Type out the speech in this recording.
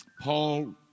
Paul